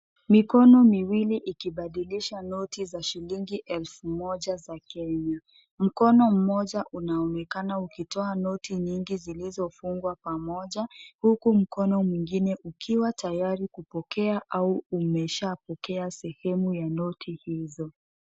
Mikono miwili ikibadilisha noti za shilingi elfu moja za Kenya. Mkono mmoja unaonekana ukitoa noti nyingi zilizofungwa pamoja huku mkono mwingine ukiwa tayari kupokea au umeshapokea sehemu ya noti hizo.